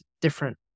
different